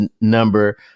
number